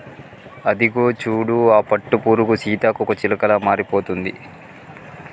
అదిగో చూడు ఆ పట్టుపురుగు సీతాకోకచిలుకలా మారిపోతుంది